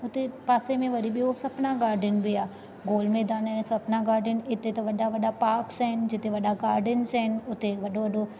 हुते पासे में वरी ॿियों सपना गार्डन बि आहे गोल मैदान ऐं सपना गार्डन हिते त वॾा वॾा पाक्स आहिनि जिते वॾा गार्डन्स आहिनि हुते वॾो वॾो